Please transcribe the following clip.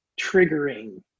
triggering